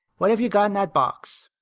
what have you got in that box?